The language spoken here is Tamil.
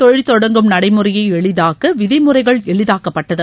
தொழில் தொடங்கும் நடைமுறையை எளிதாக்க விதிமுறைகள் எளிதாக்கப்பட்டது